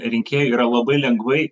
rinkėjui yra labai lengvai